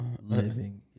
Living